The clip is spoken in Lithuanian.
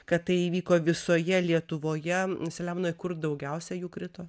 kad tai įvyko visoje lietuvoje selemonai kur daugiausia jų krito